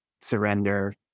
surrender